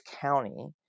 County